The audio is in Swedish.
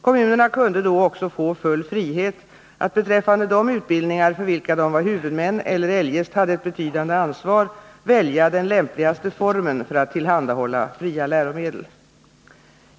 Kommunerna kunde då också få full frihet att 5 beträffande de utbildningar, för vilka de var huvudmän eller eljest hade ett betydande ansvar, välja den lämpligaste formen för att tillhandahålla fria läromedel.